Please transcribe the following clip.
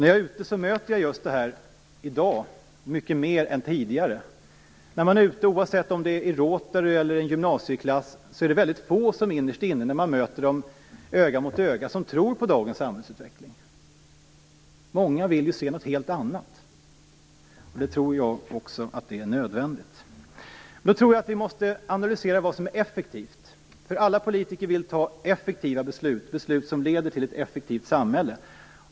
När jag är ute möter jag i dag detta mycket mer än tidigare. Oavsett om det är i Rotary eller i en gymnasieklass är det väldigt få som när man möter dem öga mot öga innerst inne tror på dagens samhällsutveckling. Många vill se något helt annat. Jag tror också att det är nödvändigt. Vi måste analysera vad som är effektivt. Alla politiker vill fatta effektiva beslut som leder till ett effektivt samhälle.